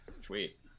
Sweet